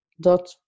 Dot